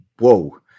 Whoa